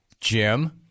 Jim